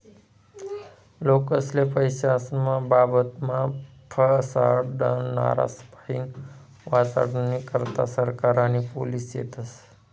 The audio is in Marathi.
लोकेस्ले पैसास्नं बाबतमा फसाडनारास्पाईन वाचाडानी करता सरकार आणि पोलिस शेतस